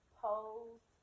pose